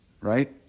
right